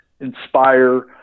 inspire